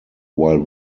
while